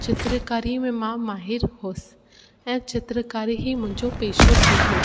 चित्रकारीअ में मां माहिर हुअसि ऐं चित्रकारी ई मुंहिंजो पेशो ठही वियो